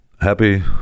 Happy